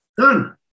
Done